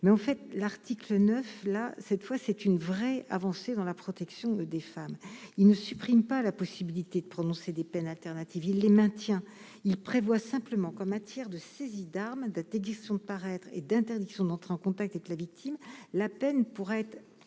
mais en fait, l'article 9 là, cette fois, c'est une vraie avancée dans la protection des femmes il ne supprime pas la possibilité de prononcer des peines alternatives, il les maintient, il prévoit simplement qu'en matière de saisies d'armes datée du de paraître et d'interdiction d'entrer en contact avec la vie. La peine pourrait être